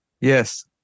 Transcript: Yes